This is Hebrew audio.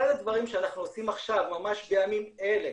אחד הדברים שאנחנו עושים עכשיו, ממש בימים אלה,